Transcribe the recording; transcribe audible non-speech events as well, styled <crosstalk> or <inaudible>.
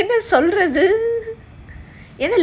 <breath> என்ன சொல்றது என்ன:enna solrathu enna